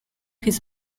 his